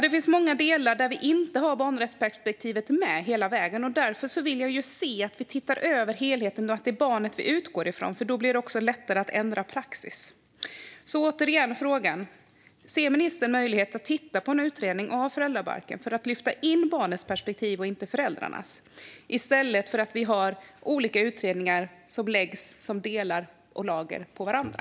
Det finns många delar där vi inte har barnrättsperspektivet med hela vägen. Därför vill jag se att vi tittar över helheten och att vi utgår från barnet. Då blir det också lättare att ändra praxis. Jag kommer återigen till frågan: Ser ministern en möjlighet att titta på en utredning av föräldrabalken för att lyfta in barnets perspektiv och inte föräldrarna, i stället för att vi har olika utredningar som läggs som delar och lager på varandra?